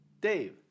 Dave